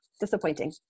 disappointing